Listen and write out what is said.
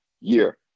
year